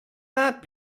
that